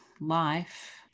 life